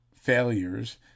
failures